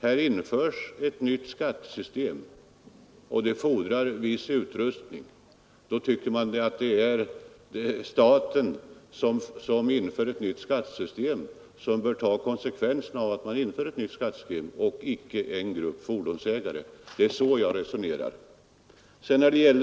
Här införs ett nytt skattesystem och det fordrar viss utrustning. Då tycker man att staten, som inför det nya skattesystemet, bör ta konsekvenserna av detta och icke en grupp fordonsägare. Det är så jag resonerar.